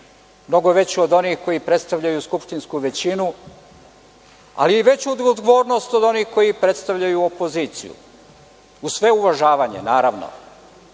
mnogo veću od onih koji predstavljaju skupštinsku većinu, ali i veću odgovornost od onih koji predstavljaju opoziciju, uz svo uvažavanje, naravno.